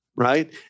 Right